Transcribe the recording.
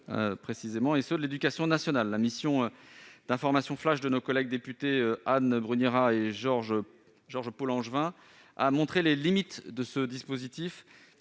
de la CAF et ceux de l'éducation nationale. La mission d'information « flash » de nos collègues députées Anne Brugnera et George Paul-Langevin a montré les limites de ce dispositif,